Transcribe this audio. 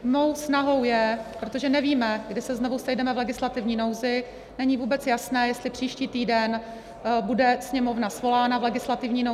Mou snahou je, protože nevíme, kdy se znovu sejdeme v legislativní nouzi, není vůbec jasné, jestli příští týden bude Sněmovna svolána v legislativní nouzi.